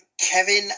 Kevin